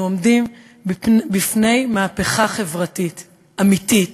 אנחנו עומדים בפני מהפכה חברתית אמיתית.